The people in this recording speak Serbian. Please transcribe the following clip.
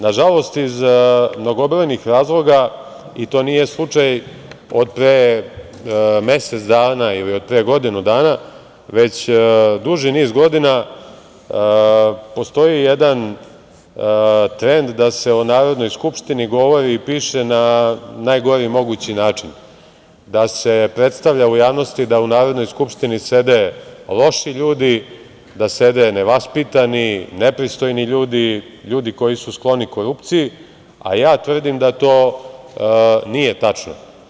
Nažalost, iz mnogobrojnih razloga, i to nije slučaj od pre mesec dana ili od pre godinu dana, već duži niz godina postoji jedan trend da se o Narodnoj skupštini govori i piše na najgori mogući način, da se predstavlja u javnosti da u Narodnoj skupštini sede loši ljudi, da sede nevaspitani, nepristojni ljudi, ljudi koji su skloni korupciji, a ja tvrdim da to nije tačno.